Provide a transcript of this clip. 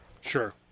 Sure